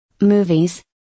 Movies